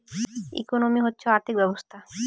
economy হচ্ছে আর্থিক ব্যবস্থা